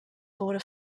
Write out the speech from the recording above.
wurde